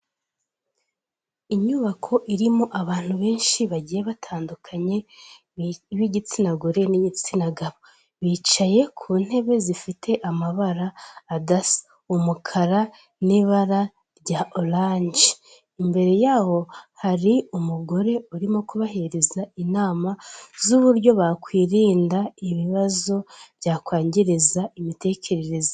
Inyubako irimo abantu benshi bagiye batandukanye, b'igitsina gore n'igitsina gabo. Bicaye ku ntebe zifite amabara adasa. Umukara, n'ibara rya oranje. Imbere yabo hari umugore urimo kubahereza inama z'uburyo bakwirinda ibibazo byakwangiriza imitekerereze.